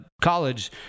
college